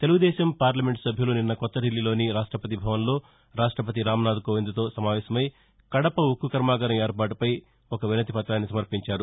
Telugu Desam parliament సభ్యులు నిన్న కొత్త ఢిల్లీలోని రాష్ట్రపతి భవన్లో రాష్టపతి రాంనాథ్కోవింద్తో సమావేశమై కడప ఉక్కు కర్మాగారం ఏర్పాటుపై ఒక వినతి పృతాన్ని సమర్పించారు